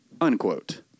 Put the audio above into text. Unquote